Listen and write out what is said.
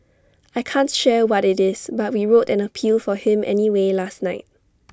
I can't share what IT is but we wrote an appeal for him anyway last night